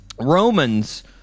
Romans